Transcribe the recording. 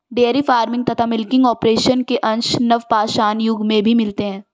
dairy farming तथा milking operation के अंश नवपाषाण युग में भी मिलते हैं